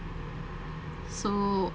so